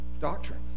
doctrine